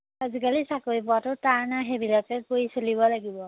আজিকালি চাকৰি পোৱাটো টান আৰু সেইবিলাকেই কৰি চলিব লাগিব